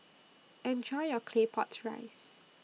Enjoy your Claypot Rice